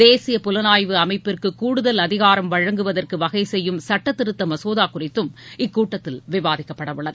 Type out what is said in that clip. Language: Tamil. தேசிய புலனாய்வு அமைப்பிற்கு கூடுதல் அதிகாரம் வழங்குவதற்கு வகைசெய்யும் சுட்டத்திருத்த மசோதா குறித்தும் இக்கூட்டத்தில் விவாதிக்கப்பட உள்ளது